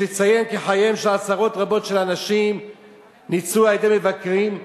יש לציין כי חייהם של עשרות רבות של אנשים ניצלו על-ידי מבקרים,